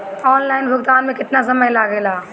Online भुगतान में केतना समय लागेला?